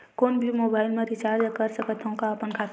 कोनो भी मोबाइल मा रिचार्ज कर सकथव का अपन खाता ले?